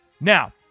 Now